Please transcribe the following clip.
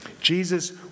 Jesus